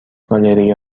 گالری